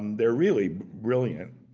they're really brilliant.